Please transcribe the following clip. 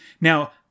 Now